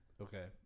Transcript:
okay